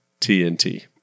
TNT